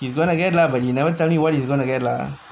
he's gonna get lah but he never tell you [what] he is gonna get lah